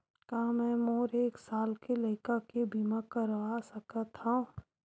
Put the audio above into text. का मै मोर एक साल के लइका के बीमा करवा सकत हव?